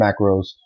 macros